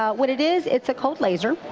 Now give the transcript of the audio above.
ah what it is, it's a cold laser.